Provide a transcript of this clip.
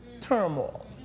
turmoil